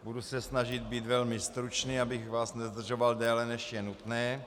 Budu se snažit být velmi stručný, abych vás nezdržoval déle, než je nutné.